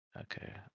Okay